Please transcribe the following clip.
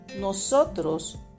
Nosotros